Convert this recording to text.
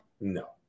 No